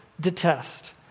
detest